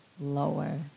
lower